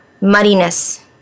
muddiness